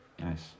Nice